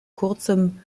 kurzem